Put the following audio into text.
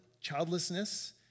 childlessness